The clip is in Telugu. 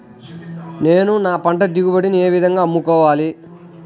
నేను నా పంట దిగుబడిని ఏ విధంగా అమ్ముకోవాలి?